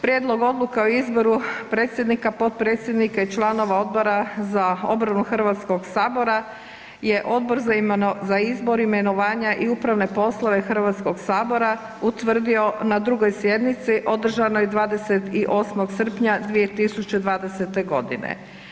Prijedlog Odbora o izboru predsjednika, potpredsjednika i članova Odbora za obranu Hrvatskog sabor je Odbor za izbor, imenovanja i upravne poslove Hrvatskog sabora utvrdio na 2. sjednici održanoj 28. srpnja 2020. godine.